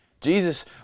Jesus